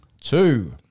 Two